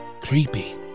Creepy